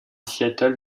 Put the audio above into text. seattle